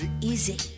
easy